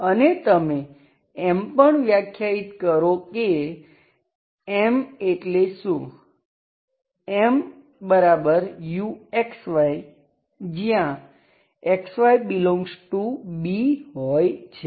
અને તમે એમ પણ વ્યાખ્યાયિત કરો કે M એટ્લે શું M ∶ u જ્યાં ∈Bહોય છે